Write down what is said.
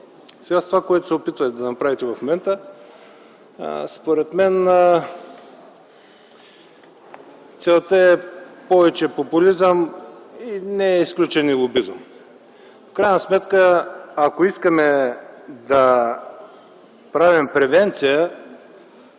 С това, което се опитвате да направите в момента, според мен целта е повече популизъм, не е изключен и лобизъм. В крайна сметка, ако искаме да правим превенция